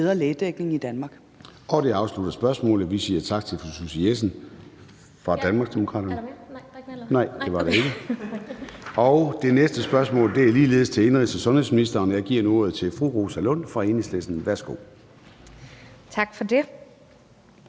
Det næste spørgsmål er ligeledes til indenrigs- og sundhedsministeren, og jeg giver ordet til fru Rosa Lund fra Enhedslisten. Kl. 13:24 Spm.